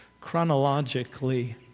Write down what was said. chronologically